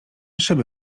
szyby